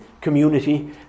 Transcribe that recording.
community